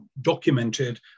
documented